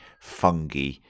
fungi